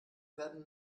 werden